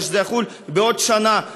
ושזה יחול בעוד שנה,